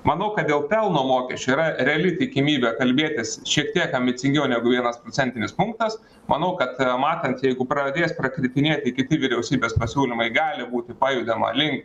manau kad dėl pelno mokesčio yra reali tikimybė kalbėtis šiek tiek ambicingiau negu vienas procentinis punktas manau kad matant jeigu pradės prakritinėti kiti vyriausybės pasiūlymai gali būti pajudama link